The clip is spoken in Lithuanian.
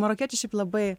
marokiečiai šiaip labai